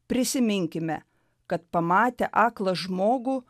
prisiminkime kad pamatę aklą žmogų